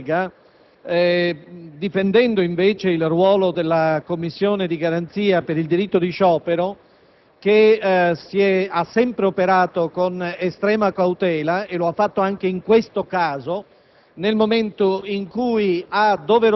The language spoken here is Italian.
il ragionamento testé svolto dal collega, difendendo invece il ruolo della Commissione di garanzia per il diritto di sciopero, che ha sempre operato con estrema cautela e lo ha fatto anche in questo caso,